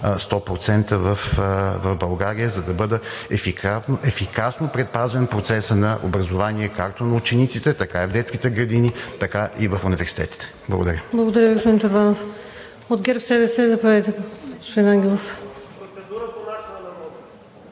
100% в България, за да бъде ефикасно предпазен процесът на образование както на учениците, така и в детските градини, така и в университетите. Благодаря.